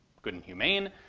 good and humane.